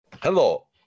Hello